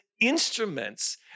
instruments